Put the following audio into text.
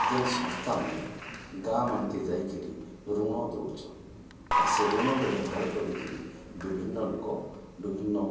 ଯେନ୍ ସଂସ୍ଥାମାନେ ଗାଁ ମାନ୍ ଙ୍କେ ଯାଇକିରି ଋଣ ଦଉଛନ୍ ଆର୍ ସେ ଋଣ କେ ବ୍ୟବହାର କରିକିରି ବିଭିନ୍ନ ଲୋକ ବିଭିନ୍ନ